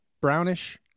Brownish